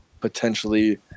potentially